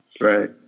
right